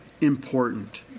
important